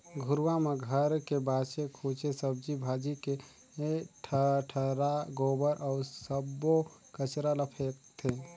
घुरूवा म घर के बाचे खुचे सब्जी भाजी के डठरा, गोबर अउ सब्बो कचरा ल फेकथें